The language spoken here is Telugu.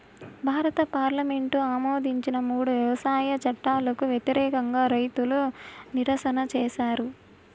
భారత పార్లమెంటు ఆమోదించిన మూడు వ్యవసాయ చట్టాలకు వ్యతిరేకంగా రైతులు నిరసన చేసారు